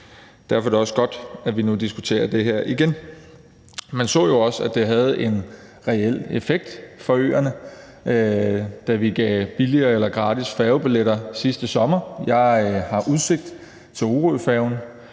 Derfor er det også godt, at vi nu diskuterer det her igen. Man så jo også, at det havde en reel effekt for øerne, da vi gav billigere eller gratis færgebilletter sidste sommer. Jeg har udsigt til orøfærgen